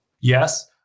Yes